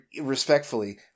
respectfully